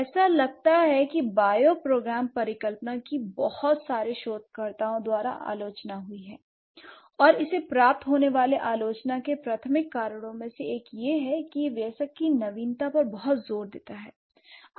ऐसा लगता है कि बायोप्रोग्राम परिकल्पना की बहुत सारे शोधकर्ताओं द्वारा आलोचना हुई है और इसे प्राप्त होने वाले आलोचना के प्राथमिक कारणों में से एक यह है कि यह वयस्क की नवीनता पर बहुत जोर दीया है